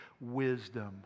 wisdom